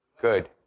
good